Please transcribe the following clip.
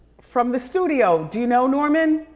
from the studio, do you know norman?